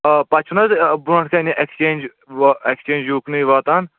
آ پَتہٕ چھُ نہٕ حظ برٛونٛٹھٕ کَنہِ ایٚکسچینٛج وا ایٚکسچینٛج یوٗکنُے واتان